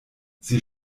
sie